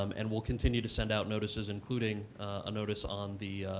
um and we'll continue to send out notices, including a notice on the